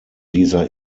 dieser